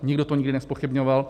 Nikdo to nikdy nezpochybňoval.